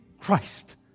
Christ